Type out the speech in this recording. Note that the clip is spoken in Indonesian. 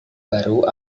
baru